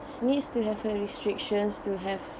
needs to have a restrictions to have